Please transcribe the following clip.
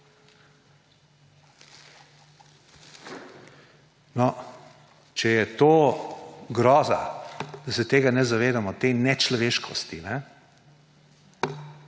Če je to groza, da se tega ne zavedamo, te nečloveškosti,